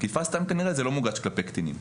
תקיפה סתם, כנראה זה לא כלפי קטינים.